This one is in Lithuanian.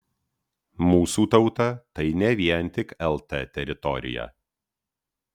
mūsų tauta tai ne vien tik lt teritorija